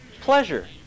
Pleasure